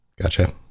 Gotcha